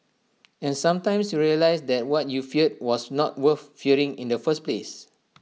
and sometimes you realise that what you feared was not worth fearing in the first place